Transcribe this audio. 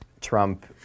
Trump